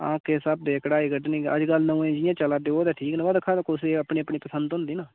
हां किस स्हाबै दी कढ़ाई कड्ढनी अजकल नमें जि'यां चला दे ओह् ते ठीक न पर दिक्खो आं हर कुसै दी अपनी अपनी पसंद होंदी ना